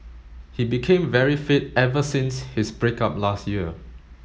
he became very fit ever since his break up last year